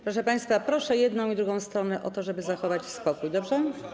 Proszę państwa, proszę jedną i drugą stronę o to, żeby zachować spokój, dobrze?